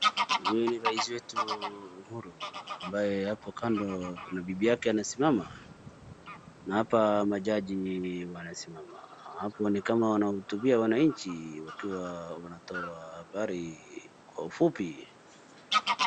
Hii ni rais wetu Uhuru ambaye hapo kando kuna bibi yake anasimama na hapa majaji wanasimama. Hapo ni kama wanahutubia wananchi wakiwa wanatoa habari kwa ufupi.